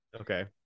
Okay